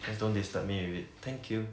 just don't disturb me with it thank you